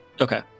Okay